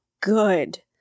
good